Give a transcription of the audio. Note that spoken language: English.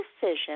decision